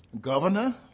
Governor